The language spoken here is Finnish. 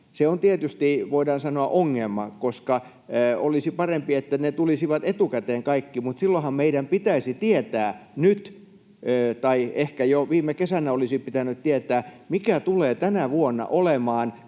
Se on tietysti, voidaan sanoa, ongelma, koska olisi parempi, että ne kaikki tulisivat etukäteen, mutta silloinhan meidän pitäisi tietää nyt — tai ehkä jo viime kesänä olisi pitänyt tietää — millaisia tulevat tänä vuonna olemaan